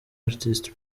artist